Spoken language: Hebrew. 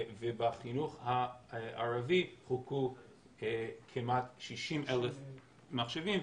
ובחינוך הערבי חולקו כמעט 60,000 מחשבים,